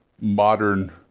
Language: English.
modern